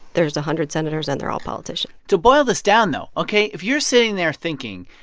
there's a hundred senators, and they're all politician to boil this down, though ok? if you're sitting there thinking,